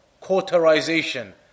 cauterization